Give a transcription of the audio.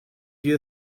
you